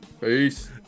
Peace